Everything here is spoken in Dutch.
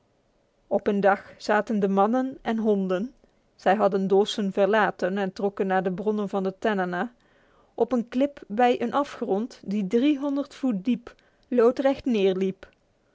op een dag zaten de mannen en honden zij hadden dawson verlaten en trokken naar de bronnen van de tanana op een klip bij een afgrond die driehonderd voet diep loodrecht